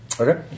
Okay